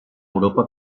europa